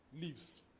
leaves